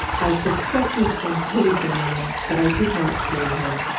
i suspected and pitied the man, but i did not fear him.